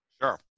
Sure